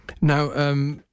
Now